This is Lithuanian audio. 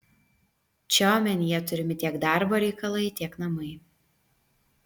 čia omenyje turimi tiek darbo reikalai tiek namai